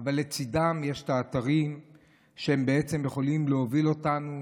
אבל לצידם יש את האתרים שבעצם יכולים להוביל אותנו